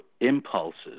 impulses